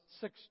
six